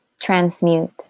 transmute